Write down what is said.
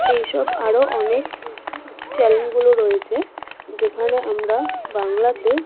এইসব আরো অনেক চ্যানেলগুলো রয়েছে যেখানে আমরা বাংলাতে